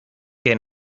que